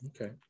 okay